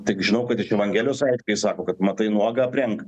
tik žinau kad iš evangelijos aiškiai sako kad matai nuogą aprenk